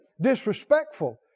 disrespectful